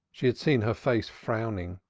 she had seen her face frowning,